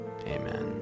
Amen